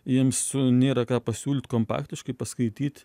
jiems nėra ką pasiūlyt kompaktiškai paskaityt